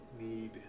need